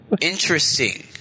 Interesting